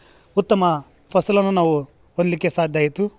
ಉತ್ತಮ ಫಸಲನ್ನ ನಾವು ಹೊಂದ್ಲಿಕ್ಕೆ ನಾವು ಸಾಧ್ಯ ಆಯಿತು